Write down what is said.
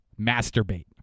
masturbate